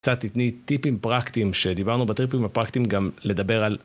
קצת תתני טיפים פרקטיים, שדיברנו בטריפים הפרקטיים גם לדבר על...